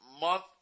month